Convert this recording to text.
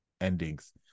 endings